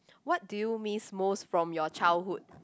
what do you miss most from your childhood